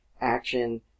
action